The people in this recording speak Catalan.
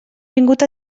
vingut